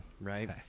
right